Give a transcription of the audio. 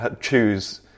choose